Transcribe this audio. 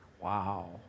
Wow